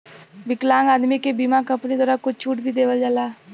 विकलांग आदमी के बीमा कम्पनी द्वारा कुछ छूट भी देवल जाला